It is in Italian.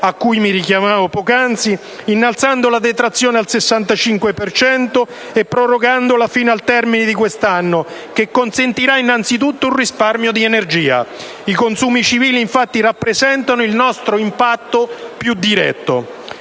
a cui mi richiamavo poc'anzi, innalzando la detrazione al 65 per cento e prorogandola fino al termine di quest'anno; ciò consentirà innanzitutto di realizzare un risparmio di energia. I consumi civili rappresentano il nostro impatto più diretto.